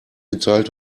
geteilt